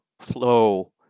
Flow